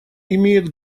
имеет